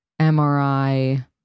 MRI